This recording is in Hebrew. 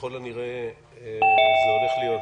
ככל הנראה זה הולך להיות.